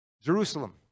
Jerusalem